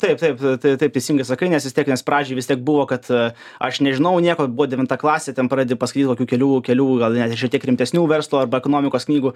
taip taip taip taip teisingai sakai nes vis tiek nes pradžoj vis tiek buvo kad aš nežinau nieko buvo devinta klasė ten pradedi paskaityt kokių kelių kelių gal net ir šiek tiek rimtesnių verslo arba ekonomikos knygų